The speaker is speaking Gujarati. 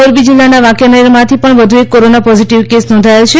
મોરબી જીલ્લાના વાંકાનેરમાંથી વધુ એક કોરોના પોઝીટીવ કેસ નોંધાથો છે